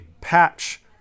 patch